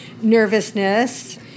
nervousness